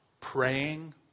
praying